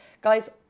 Guys